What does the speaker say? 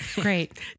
great